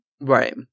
Right